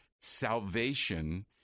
salvation